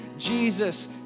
Jesus